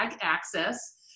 Access